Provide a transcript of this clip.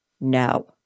no